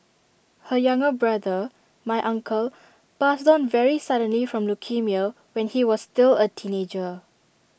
her younger brother my uncle passed on very suddenly from leukaemia when he was still A teenager